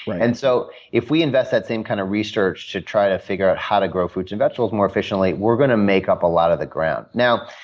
and so, if we invest that same kind of research to try to figure out how to grow fruits and vegetables more efficiently, we're going to make up a lot of the ground. now,